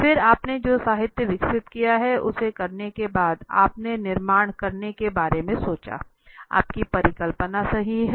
फिर आपने जो साहित्य विकसित किया उसे करने के बाद आपने निर्माण करने के बारे में सोचा आपकी परिकल्पना सही है